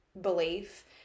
belief